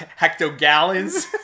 hectogallons